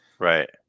Right